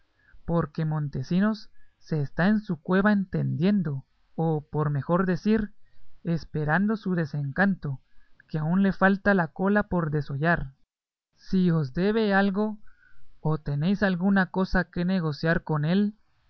porque montesinos se está en su cueva entendiendo o por mejor decir esperando su desencanto que aún le falta la cola por desollar si os debe algo o tenéis alguna cosa que negociar con él